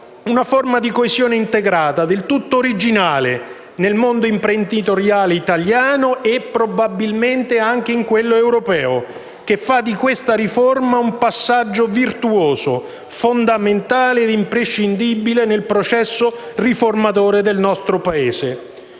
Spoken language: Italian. una forma di coesione integrata, del tutto originale, nel mondo imprenditoriale italiano e, probabilmente, anche in quello europeo che fa di questa riforma un passaggio virtuoso fondamentale e imprescindibile nel processo riformatore del nostro Paese.